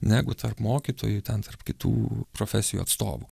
negu tarp mokytojų ten tarp kitų profesijų atstovų